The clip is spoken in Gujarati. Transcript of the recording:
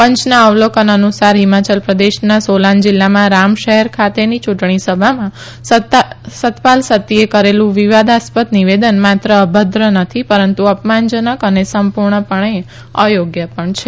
પંચના અવલોકન અનુસાર હિમાચલ પ્રદેશના સોલાન જીલ્લામાં રામ શહેર ખાતેની યુંટણી સભામાં સતપાલ સત્તીએ કરેલુ વિવાદાસ્પદ નિવેદન માત્ર અભદ્ર નથી પરંતુ અપમાન જનક અને સંપુર્ણ પણે અયોગ્ય પણ છે